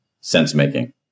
sense-making